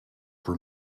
for